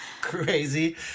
crazy